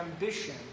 ambition